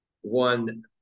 one